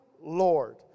Lord